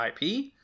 ip